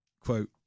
quote